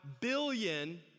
billion